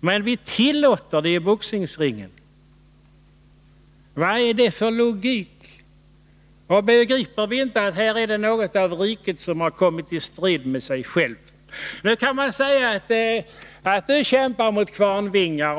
Men vi tillåter det i boxningsringen. Vad är det för logik i det? Begriper vi inte att det här är något av riket som kommit i strid med sig självt? Nu kan man säga: Du kämpar mot kvarnvingar.